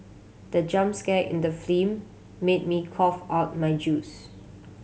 the jump scare in the film made me cough out my juice